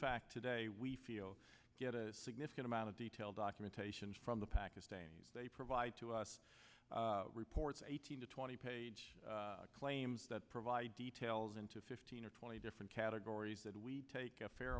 fact today we feel get a significant amount of detail documentation from the pakistan they provide to us reports eighteen to twenty page claims that provide details into fifteen or twenty different categories that we take a fair